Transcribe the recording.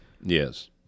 yes